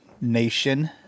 nation